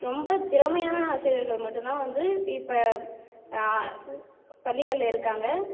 ரொம்ப திறமையான ஆசிரியர்கள் மட்டுந்தான் வந்து இப்போ து பள்ளிகளில் இருக்காங்க